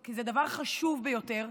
כי זה דבר חשוב ביותר.